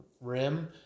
Rim